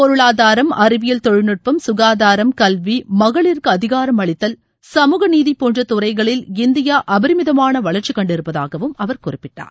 பொருளாதாரம் அறிவியல் தொழில்நுட்டம் ககாதாரம் கல்வி மகளிருக்கு அதிகாரமளித்தல் சமூக நீதி போன்ற துறைகளில் இந்தியா அபரிமிதமான வளர்ச்சி கண்டிருப்பதாகவும் அவர் குறிப்பிட்டார்